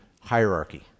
hierarchy